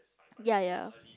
ya ya